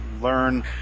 learn